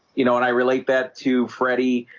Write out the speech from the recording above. you know and i relate that to freddy